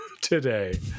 today